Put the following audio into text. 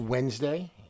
Wednesday